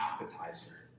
appetizer